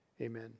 amen